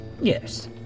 Yes